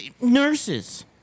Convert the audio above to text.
nurses